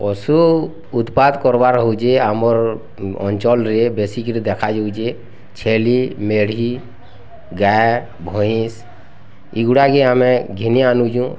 ପଶୁ ଉତ୍ପାଦ କର୍ବାର ହେଉଛି ଆମର୍ ଅଞ୍ଚଳରେ ବେଶୀ କିରି ଦେଖାଯାଉଛି ଛେଳି ମେଢ଼ି ଗାଏ ମଇଁଷ୍ ଏଗୁଡ଼ାକେ ଆମେ ଘିନି ଆଣୁଛୁଁ